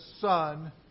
son